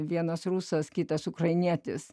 vienas rusas kitas ukrainietis